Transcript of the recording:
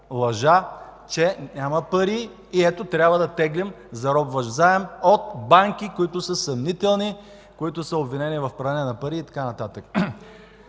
че няма пари и ето трябва да теглим заробващ заем от банки, които са съмнителни, които са обвинени в пране на пари и така нататък.